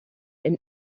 and